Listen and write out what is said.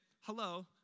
hello